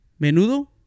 menudo